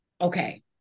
Okay